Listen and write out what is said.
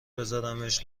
بذارمش